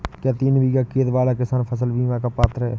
क्या तीन बीघा खेत वाला किसान फसल बीमा का पात्र हैं?